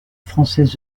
française